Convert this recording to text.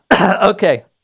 Okay